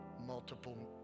multiple